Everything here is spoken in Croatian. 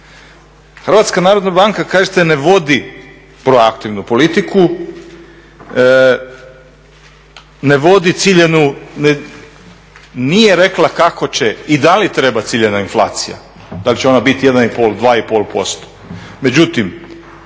HNB-a. HNB kažete ne vodi proaktivnu politiku, ne vodi ciljanu nije rekla kako će i da li treba ciljana inflacija, da li će ona biti 1,5, 2,5%.